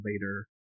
later